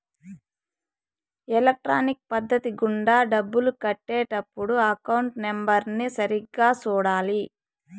electronic పద్ధతి గుండా డబ్బులు కట్టే టప్పుడు అకౌంట్ నెంబర్ని సరిగ్గా సూడాలి